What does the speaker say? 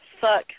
fuck